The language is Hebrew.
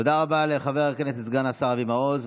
תודה רבה לחבר הכנסת סגן השר אבי מעוז,